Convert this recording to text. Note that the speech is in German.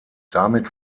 damit